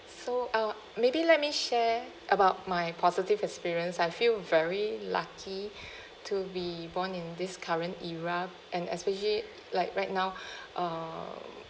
so uh maybe let me share about my positive experience I feel very lucky to be born in this current era and especially like right now uh